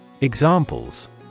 Examples